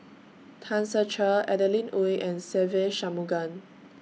Tan Ser Cher Adeline Ooi and Se Ve Shanmugam